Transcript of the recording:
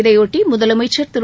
இதையொட்டி முதலமைச்சர் திரு